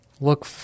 Look